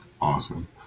Awesome